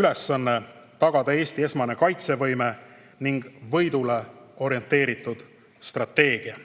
ülesanne tagada Eesti esmane kaitsevõime ning võidule orienteeritud strateegia.